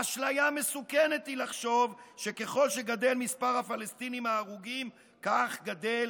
אשליה מסוכנת היא לחשוב שככל שגדל מספר הפלסטינים ההרוגים כך גדל